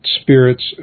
spirits